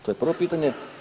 To je prvo pitanje.